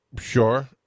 sure